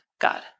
God